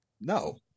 No